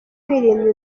kwirinda